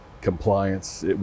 compliance